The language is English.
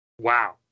Wow